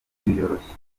kwiyoroshya